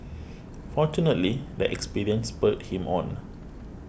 fortunately the experience spurred him on